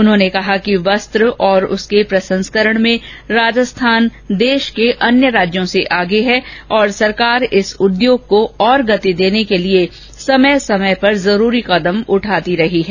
उन्होंने कहा कि वस्त्र और उसके प्रसंकरण में राजस्थान देश के अन्य राज्यों से आगे है ओर सरकार इस उधोग को ओर गति देने के लिए समय समय पर जरूरी कदम उठाती रही है